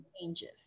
changes